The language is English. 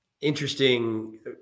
interesting